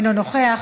אינו נוכח,